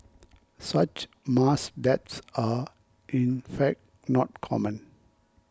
such mass deaths are in fact not common